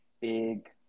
big